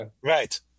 right